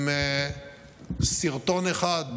עם סרטון אחד,